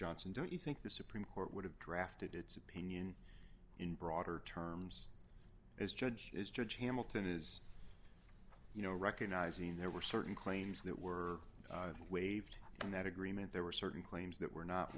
johnson don't you think the supreme court would have drafted its opinion in broader terms as judge is judge hamilton is you know recognizing there were certain claims that were waived in that agreement there were certain claims that were not